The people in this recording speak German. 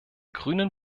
grünen